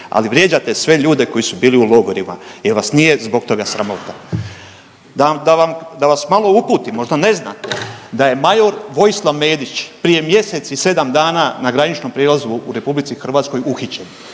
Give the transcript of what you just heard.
ali vrijeđate sve ljude koji su bili u logorima, jel vas nije zbog toga sramota? Da vam, da vam, da vas malo uputim, možda ne znate da je major Vojislav Medić prije mjesec i 7 dana na graničnom prijelazu u RH uhićen,